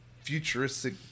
futuristic